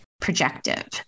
projective